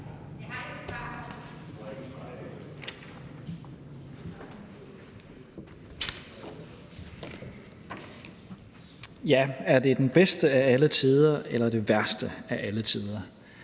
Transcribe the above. Er det den bedste af alle tider eller den værste af alle tider?